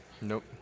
Nope